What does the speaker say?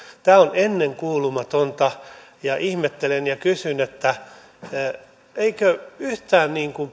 tämä on ennenkuulumatonta ja ihmettelen ja kysyn eikö yhtään